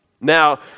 Now